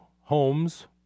homes